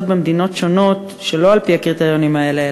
במדינות שונות שלא על-פי הקריטריונים האלה,